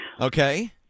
okay